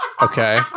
Okay